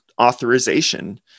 authorization